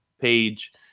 page